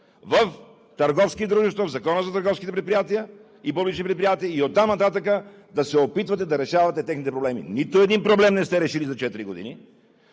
в търговски дружества, в Закона за търговските и публични предприятия и оттам нататък да се опитвате да решавате техните проблеми. Нито един проблем не сте решили за четири